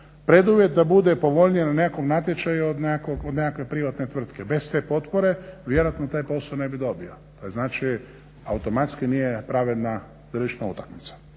preduvjet da bude povoljnije na nekom natječaju od nekakve privatne tvrtke. Bez te potpore vjerojatno taj posao ne bi dobio. To znači automatski nije pravedna tržišna utakmica.